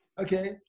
Okay